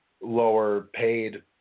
lower-paid